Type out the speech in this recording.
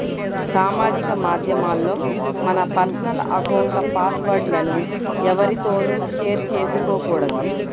సామాజిక మాధ్యమాల్లో మన పర్సనల్ అకౌంట్ల పాస్ వర్డ్ లను ఎవ్వరితోనూ షేర్ చేసుకోకూడదు